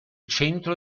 centro